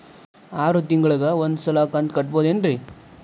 ಆರ ತಿಂಗಳಿಗ ಒಂದ್ ಸಲ ಕಂತ ಕಟ್ಟಬಹುದೇನ್ರಿ?